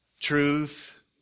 truth